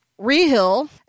Rehill